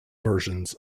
versions